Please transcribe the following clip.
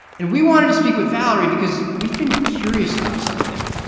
and we wanted to speak with valerie because we've been curious about something.